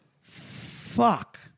fuck